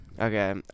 Okay